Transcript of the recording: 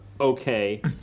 okay